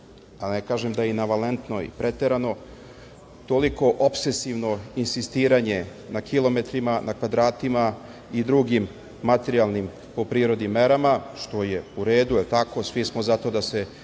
ne kažem da je i navalentno i preterano toliko opsesivno insistiranje na kilometrima, na kvadratima i drugim materijalnim po prirodi merama što je u redu jel tako svi smo zato da se Srbija